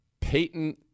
Peyton